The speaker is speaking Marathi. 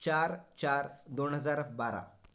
चार चार दोन हजार बारा